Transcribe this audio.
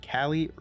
Cali